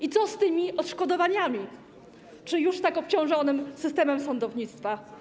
I co z tymi odszkodowaniami czy już i tak obciążonym systemem sądownictwa?